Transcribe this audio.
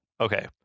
Okay